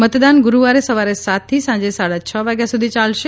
મતદાન ગુરૂવારે સવારે સાતથી સાંજે સાડા છ વાગ્યા સુધી ચાલશે